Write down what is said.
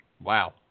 Wow